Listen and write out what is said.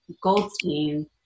Goldstein